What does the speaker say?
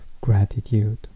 gratitude